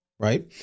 right